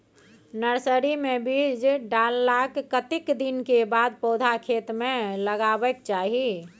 Nursery मे बीज डाललाक कतेक दिन के बाद पौधा खेत मे लगाबैक चाही?